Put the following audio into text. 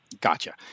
Gotcha